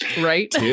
right